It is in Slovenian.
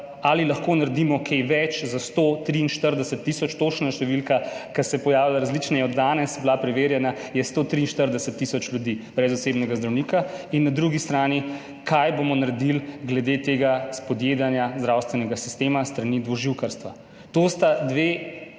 ali lahko naredimo kaj več za 143 tisoč, to je točna številka, ker se pojavljajo različne, danes je bila preverjena, je 143 tisoč ljudi brez osebnega zdravnika, in na drugi strani, kaj bomo naredili glede tega spodjedanja zdravstvenega sistema s strani dvoživkarstva. To sta dve